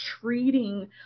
treating